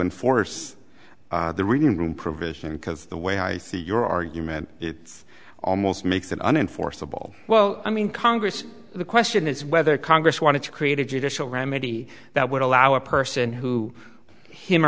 enforce the reading room provision because the way i see your argument it's almost makes an unenforceable well i mean congress the question is whether congress wanted to create a judicial remedy that would allow a person who him or